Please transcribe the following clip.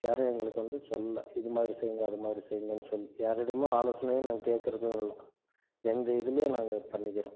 யாரையும் எங்களுக்கு வந்து சொல்லலை இது மாதிரி செய்யுங்க அது மாதிரி செய்யுங்கன் சொல்லி யாரிடமும் ஆலோசனையும் நாங்கள் கேட்கறதும் இல்லை எங்கள் இதிலே நாங்கள் பண்ணிக்கிறோம்